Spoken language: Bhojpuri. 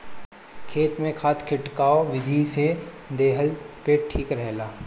खेत में खाद खिटकाव विधि से देहला पे ठीक रहेला